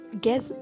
guess